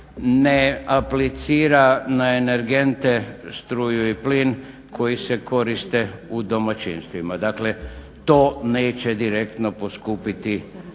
ne aplicira na energente na struju i plin koji se koriste u domaćinstvima, dakle to neće direktno poskupiti